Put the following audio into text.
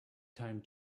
time